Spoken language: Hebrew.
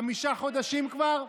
חמישה חודשים כבר?